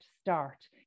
start